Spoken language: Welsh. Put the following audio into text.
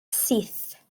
syth